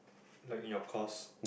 like in your course